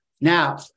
Now